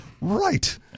Right